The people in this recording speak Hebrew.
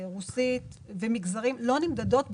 רוסית ומגזרים לא נמדדות ב-TGI.